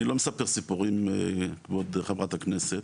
אני לא מספר סיפורים, כבוד חברת הכנסת.